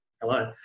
hello